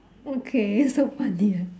okay so funny ah